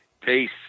Peace